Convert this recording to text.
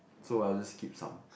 so I just skip some